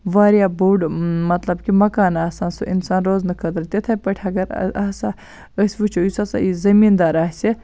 واریاہ بوٚڈ مطلب کہِ مکان آسان سُہ اِنسان روزنہٕ خٲطرٕ تِتھَے پٲٹھۍ ہگر أسۍ وٕچھو یُس ہسا یہِ زمیٖندار آسہِ